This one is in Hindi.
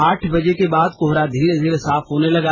आठ बजे के बाद कोहरा धीरे धीरे साफ होने लगा